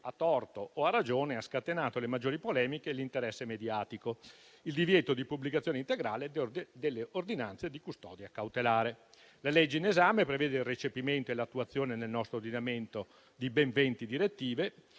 a torto a o ragione, ha scatenato le maggiori polemiche e l'interesse mediatico, ossia il divieto di pubblicazione integrale delle ordinanze di custodia cautelare. Il disegno di legge in esame prevede il recepimento e l'attuazione nel nostro ordinamento di ben venti direttive,